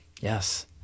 Yes